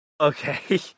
okay